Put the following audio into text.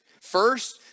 First